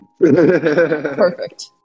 Perfect